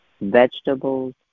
Vegetables